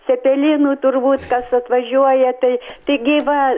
cepelinų turbūt kas atvažiuoja tai tai gi va